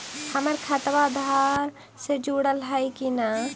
हमर खतबा अधार से जुटल हई कि न?